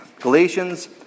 Galatians